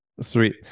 sweet